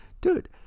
dude